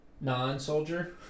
non-soldier